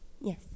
Yes